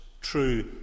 true